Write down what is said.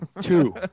Two